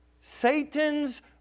Satan's